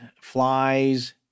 Flies